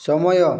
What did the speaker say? ସମୟ